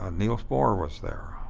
um niels bohr was there.